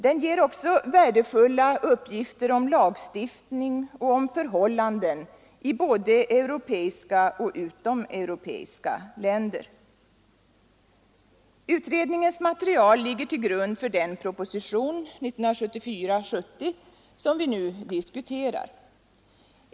Den ger också värdefulla uppgifter om lagstiftning och förhållanden i både europeiska och utomeuropeiska länder. Utredningens material ligger till grund för den proposition — nr 70 år 1974 — som nu diskuteras.